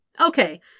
Okay